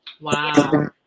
wow